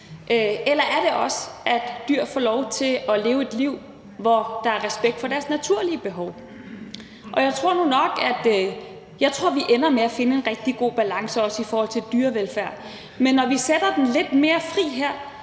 eller er det også, at dyr får lov til at leve et liv, hvor der er respekt for deres naturlige behov? Jeg tror nu nok, at vi ender med finde en rigtig god balance, også i forhold til dyrevelfærd, men når vi sætter det lidt mere fri her,